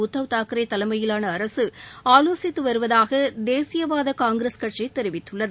உத்தவ் தாக்கரே தலைமையிலாள அரசு ஆலோசித்து வருவதாக தேசியவாத காங்கிரஸ் கட்சி தெரிவித்துள்ளது